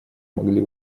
могли